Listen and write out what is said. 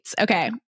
Okay